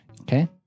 Okay